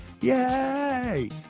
Yay